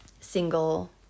single